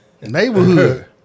Neighborhood